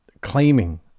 claiming